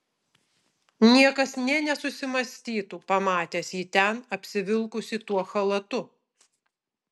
niekas nė nesusimąstytų pamatęs jį ten apsivilkusį tuo chalatu